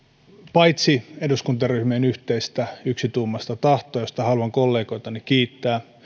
paitsi eduskuntaryhmien yhteistä yksituumaista tahtoa josta haluan kollegoitani kiittää